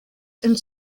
and